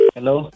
Hello